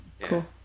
cool